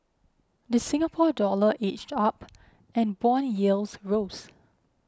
the Singapore Dollar edged up and bond yields rose